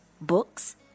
books